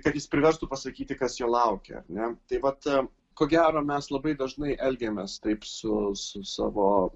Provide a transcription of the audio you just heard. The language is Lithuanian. kad jis priverstų pasakyti kas jo laukia ar ne tai vat ko gero mes labai dažnai elgiamės taip su su savo